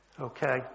Okay